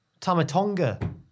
Tamatonga